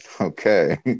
Okay